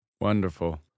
Wonderful